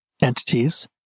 entities